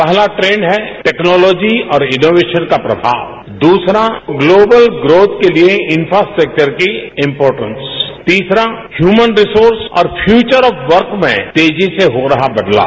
पहला ट्रेंड है टेक्नोलॉजी और इनोवेशन का प्रभाव द्रसरा ग्लोबल ग्रोथ के लिए इन्फ्रास्टेक्चर की इंपोर्टे स तीसरा ह्यूमन रिसोर्स और फ्यूचर ऑफ वर्क में तेजी से हो रहा बदलाव